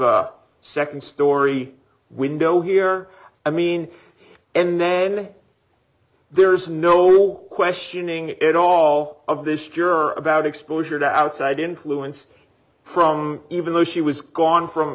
a nd story window here i mean and then there is no questioning at all of this juror about exposure to outside influence from even though she was gone from